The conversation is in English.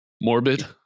morbid